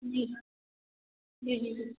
जी जी जी जी